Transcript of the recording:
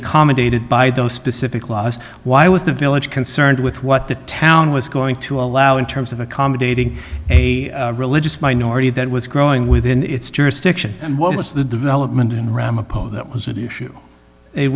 accommodated by those specific laws why was the village concerned with what the town was going to allow in terms of accommodating a religious minority that was growing within its jurisdiction and what was the development in ram opposed that was of the issue it